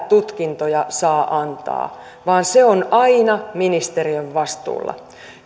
tutkintoja saa antaa vaan se on aina ministeriön vastuulla